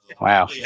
Wow